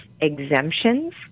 exemptions